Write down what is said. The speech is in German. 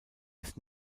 des